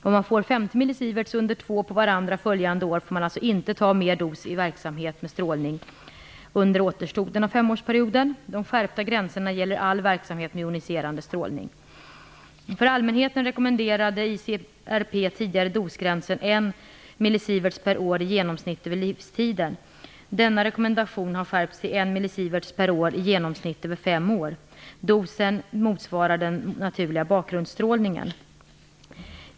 Om man får 50 mSv under två på varandra följande år, får man alltså inte ta mer dos i verksamhet med strålning under återstoden av femårsperioden. De skärpta gränserna gäller all verksamhet med joniserande strålning. Denna rekommendation har skärpts till 1 mSv/år i genomsnitt över 5 år. Dosen 1 mSv motsvarar den naturliga bakgrundsstrålningen.